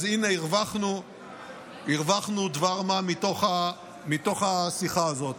אז הינה, הרווחנו דבר מה מתוך השיחה הזאת.